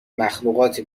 مخلوقات